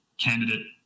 candidate